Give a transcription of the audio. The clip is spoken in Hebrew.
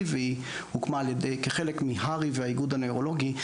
והיא הוקמה כחלק מהר"י והאיגוד הנוירולוגי.